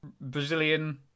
Brazilian